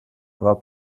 war